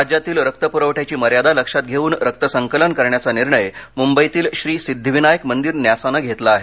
राज्यातील रक्त पुरवठ्याची मर्यादा लक्षात घेऊन रक्त संकलन करण्याचा निर्णय मुंबईतील श्री सिद्धिविनायक मंदिर न्यासानं घेतला आहे